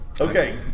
Okay